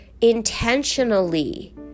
intentionally